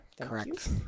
Correct